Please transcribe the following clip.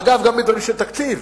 אגב, לגבי תקציב,